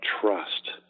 trust